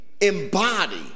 embody